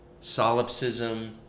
solipsism